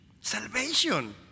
Salvation